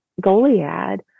Goliad